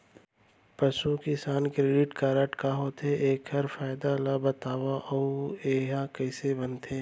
पसु किसान credit card का होथे, एखर फायदा ला बतावव अऊ एहा कइसे बनथे?